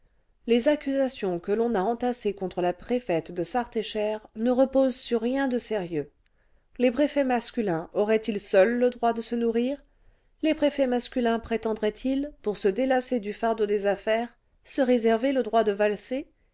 les accusations que l'on a entassées contre la préfète de sarthe et cher ne reposent sur rien de sérieux les préfets masculins auraient-ils seuls le droit de se nourrir les préfets masculins prétendraient ils pour se délasser du fardeau des affaires se réserver le droit de valser